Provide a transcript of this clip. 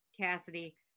cassidy